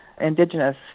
indigenous